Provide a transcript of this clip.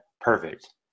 perfect